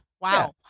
wow